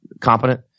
competent